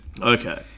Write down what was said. Okay